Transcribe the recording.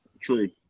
True